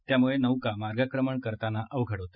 त्यामुळे नौका मार्गक्रमण करताना अवघड होत